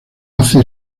hace